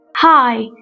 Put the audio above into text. Hi